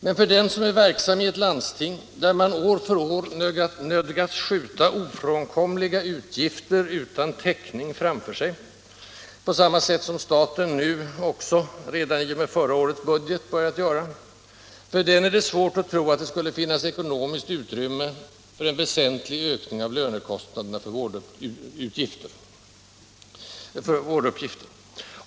Men för den som är verksam i ett landsting, där man år för år nödgats skjuta ofrånkomliga utgifter utan täckning framför sig — på samma sätt som staten nu också i och med förra årets budget börjat göra — för den är det svårt att tro att det skulle finnas ekonomiskt utrymme för en väsentlig ökning av lönekostnaderna för vårduppgifter.